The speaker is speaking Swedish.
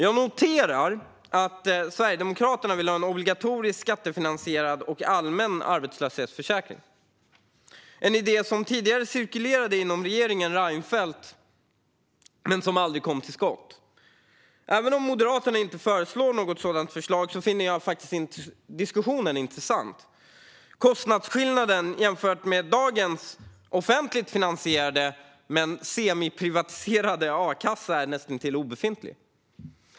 Jag noterar att Sverigedemokraterna vill ha en obligatorisk, skattefinansierad och allmän arbetslöshetsförsäkring - en idé som tidigare cirkulerade inom regeringen Reinfeldt men aldrig kom till stånd. Även om Moderaterna inte föreslår något sådant finner jag faktiskt diskussionen intressant. Kostnadsskillnaden jämfört med dagens offentligt finansierade men semiprivatiserade a-kassa är näst intill obefintlig.